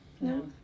No